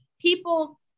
people